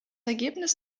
ergebnis